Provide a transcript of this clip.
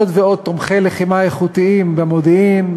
עוד ועוד תומכי לחימה איכותיים במודיעין,